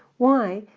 why?